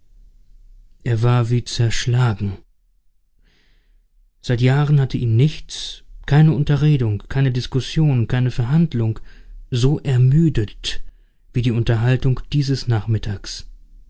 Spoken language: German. er war wie zerschlagen seit jahren hatte ihn nichts keine unterredung keine diskussion keine verhandlung so ermüdet wie die unterhaltung dieses nachmittags